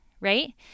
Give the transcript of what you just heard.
right